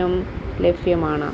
നും ലഭ്യമാണ്